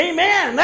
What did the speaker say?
Amen